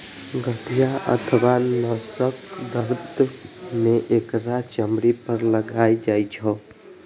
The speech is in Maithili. गठिया अथवा नसक दर्द मे एकरा चमड़ी पर लगाएल जाइ छै